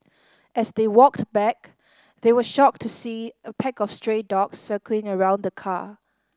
as they walked back they were shocked to see a pack of stray dogs circling around the car